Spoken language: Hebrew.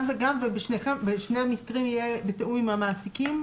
גם וגם ובשני המקרים יהיה בתיאום עם המעסיקים?